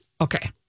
Okay